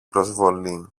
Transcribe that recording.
προσβολή